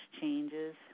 changes